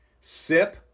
Sip